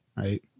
Right